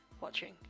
watching